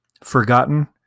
forgotten